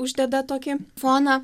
uždeda tokį foną